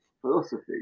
philosophy